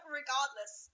regardless